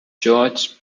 jorge